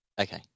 Okay